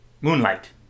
moonlight